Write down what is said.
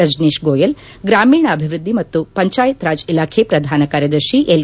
ರಜನೀತ್ ಗೋಯಲ್ ಗ್ರಾಮೀಣಾಭವೃದ್ದಿ ಮತ್ತು ಪಂಚಾಯತ್ ರಾಜ್ ಇಲಾಖೆ ಪ್ರಧಾನ ಕಾರ್ಯದರ್ತಿ ಎಲ್